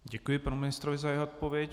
Děkuji panu ministrovi za jeho odpověď.